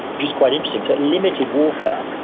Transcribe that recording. which is quite interesting. so it limited warfare,